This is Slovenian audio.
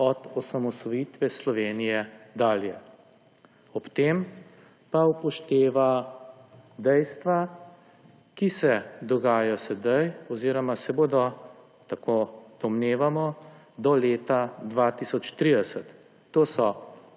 od osamosvojitve Slovenije dalje. Ob tem pa upošteva dejstva, ki se dogajajo sedaj oziroma se bodo, tako domnevamo, do leta 2030. To so